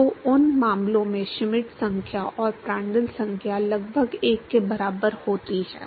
तो उन मामलों में श्मिट संख्या और प्रांड्ल संख्या लगभग 1 के बराबर होती है